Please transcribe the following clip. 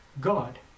God